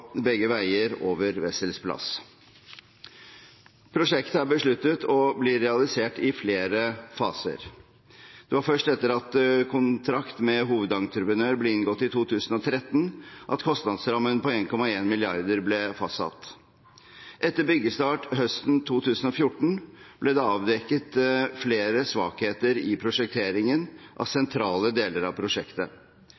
begge veier over Wessels plass. Prosjektet er besluttet realisert i flere faser. Det var først etter at kontrakt med hovedentreprenør ble inngått i 2013, at kostnadsrammen på 1,1 mrd. kr ble fastsatt. Etter byggestart høsten 2014 ble det avdekket flere svakheter i prosjekteringen av sentrale deler av prosjektet.